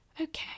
okay